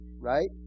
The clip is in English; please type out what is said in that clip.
Right